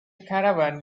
caravan